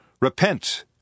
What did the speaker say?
Repent